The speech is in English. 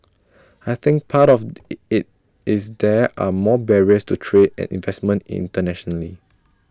I think part of the IT is there are more barriers to trade and investment internationally